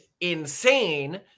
insane